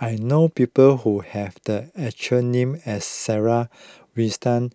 I know people who have the extra name as Sarah Winstedt